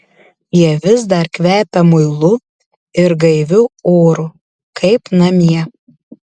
jie vis dar kvepia muilu ir gaiviu oru kaip namie